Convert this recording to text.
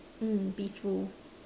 mm peaceful